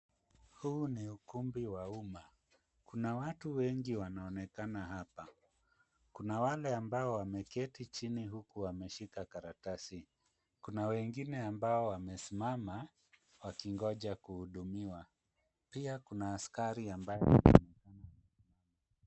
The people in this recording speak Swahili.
Huu ni ukumbi wa umma, kuna watu wengi wanaonekana hapa. Kuna wale ambao wameketi chini huku wameshika karatasi. Kuna wengine ambao wamesimama wakingoja kuhudumiwa. Pia kuna askari ambaye anaonekana.